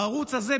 הערוץ הזה,